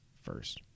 first